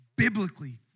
Biblically